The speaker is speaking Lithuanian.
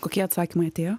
kokie atsakymai atėjo